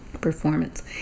performance